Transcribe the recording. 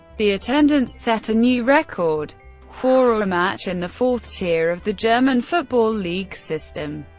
the attendance set a new record for a match in the fourth tier of the german football league system.